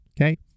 Okay